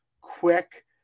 quick